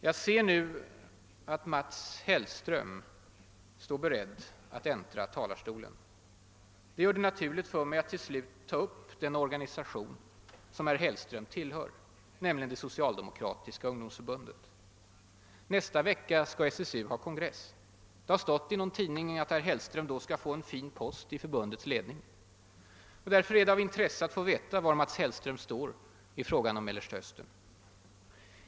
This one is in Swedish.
Jag ser nu att Mats Hellström står beredd att äntra talarstolen. Det gör det naturligt för mig att till slut ta upp den organisation som herr Hellström tillhör, nämligen det socialdemokratiska ungdomsförbundet. Nästa vecka skall SSU ha kongress. Det har stått i någon tidning att Mats Hellström då skall få en fin post i förbundets ledning. Därför är det av intresse att få veta var Mats Hellström står i frågan om Mellersta Östern.